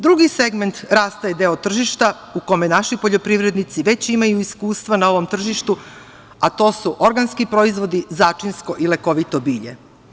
Drugi segment rasta je deo tržišta u kojima naši poljoprivrednici već imaju iskustva na ovom tržištu, a to su organski proizvodi, začinsko i lekovito bilje.